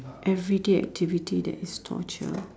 everyday activity that is torture